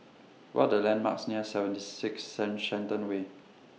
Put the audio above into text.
What The landmarks near seventy six Shen Shenton Way